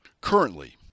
Currently